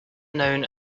known